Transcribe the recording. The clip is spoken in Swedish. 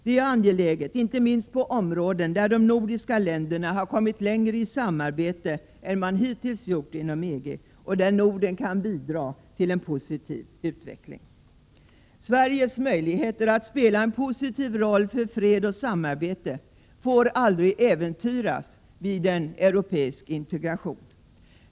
Det är angeläget, inte minst på de områden där de nordiska länderna har kommit längre i samarbete än man hittills gjort inom EG och där Norden kan bidra till en positiv utveckling. Sveriges möjligheter att spela en positiv roll för fred och samarbete får aldrig äventyras vid en europeisk integration.